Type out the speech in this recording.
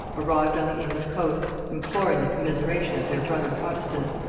arrived on the english coast, imploring the commiseration of their brother protestants,